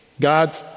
God